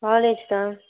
college தான்